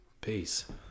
Peace